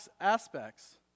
aspects